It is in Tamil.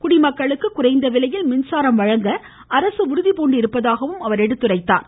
குடிமக்களுக்கு குறைந்த விலையில் மின்சாரம் வழங்க அரசு உறுதிபூண்டிருப்பதாகவும் அவர் எடுத்துரைத்தார்